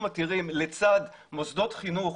מתירים את הדברים האלה לצד מוסדות חינוך.